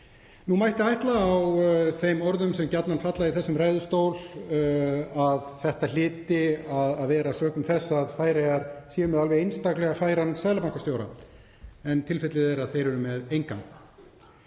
Nú mætti ætla af þeim orðum sem gjarnan falla í þessum ræðustól að þetta hlyti að vera sökum þess að Færeyjar eru með alveg einstaklega færan seðlabankastjóra en tilfellið er að þeir eru með engan.